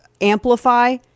amplify